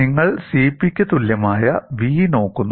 നിങ്ങൾ CPയ്ക്ക് തുല്യമായ v നോക്കുന്നു